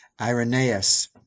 Irenaeus